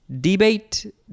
Debate